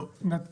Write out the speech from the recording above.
לא.